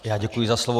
Já děkuji za slovo.